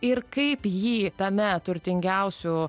ir kaip jį tame turtingiausių